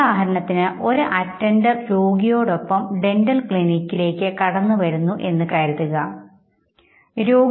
ഉദാഹരണത്തിന് ഒരു അറ്റൻഡർ രോഗിയോടൊപ്പം ഒരു ഡന്റൽ ക്ലിനിക് ലേക്ക് കടന്നു വരുന്നു എന്ന് കരുതുക He has normal breathing and heartbeat